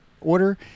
order